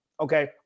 Okay